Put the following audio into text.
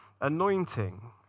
anointing